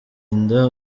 inda